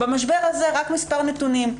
רק מספר נתונים,